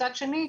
מצד שני,